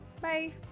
Bye